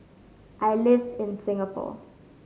I live in Singapore